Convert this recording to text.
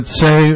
say